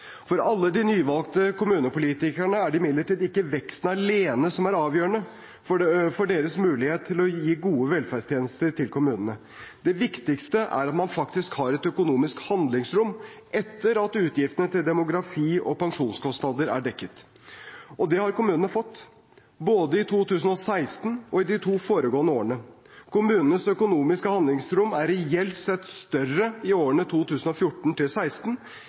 For alle de nyvalgte kommunepolitikerne er det imidlertid ikke veksten alene som er avgjørende for deres mulighet til å gi gode velferdstjenester til kommunene. Det viktigste er at man faktisk har et økonomisk handlingsrom etter at utgiftene til demografi og pensjonskostnader er dekket. Og det har kommunene fått, både i 2016 og i de to foregående årene. Kommunenes økonomiske handlingsrom er reelt sett større i årene